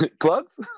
Plugs